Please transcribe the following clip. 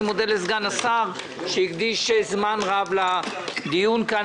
אני מודה לסגן השר שהקדיש זמן רב לדיון כאן,